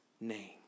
name